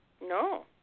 No